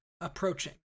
approaching